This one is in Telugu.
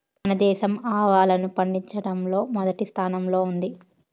మన దేశం ఆవాలను పండిచటంలో మొదటి స్థానం లో ఉంది